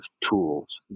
tools